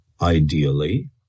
ideally